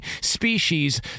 species